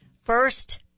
First